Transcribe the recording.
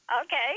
Okay